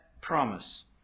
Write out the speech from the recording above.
promise